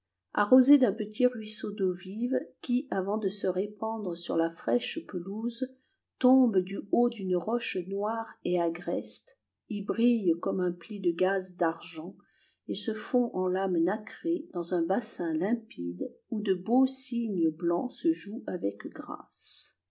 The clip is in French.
arrosé d'un petit ruisseau d'eau vive qui avant de se répandre sur la fraîche pelouse tombe du haut d'une roche noire et agreste y brille comme un pli de gaze d'argent et se fond en lame nacrée dans un bassin limpide où de beaux cygnes blancs se jouent avec grâce